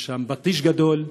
יש שם פטיש גדול,